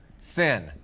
sin